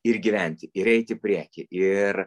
ir gyventi ir eit į priekį ir